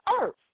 earth